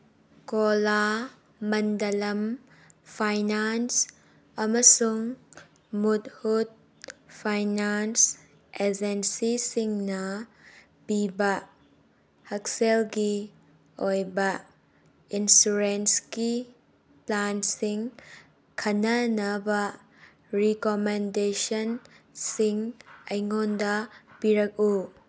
Cholamandalam finance ꯑꯃꯁꯨꯡ ꯃꯨꯠꯍꯨꯠ finance ꯑꯦꯖꯦꯟꯁꯤꯁꯤꯡꯅ ꯄꯤꯕ ꯍꯛꯁꯦꯜꯒꯤ ꯑꯣꯏꯕ ꯏꯟꯁꯨꯔꯦꯟꯁꯀꯤ ꯄ꯭ꯂꯥꯟꯁꯤꯡ ꯈꯟꯅꯅꯕ ꯔꯤꯀꯣꯃꯦꯟꯗꯦꯁꯟꯁꯤꯡ ꯑꯩꯉꯣꯟꯗ ꯄꯤꯔꯛꯎ